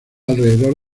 alrededor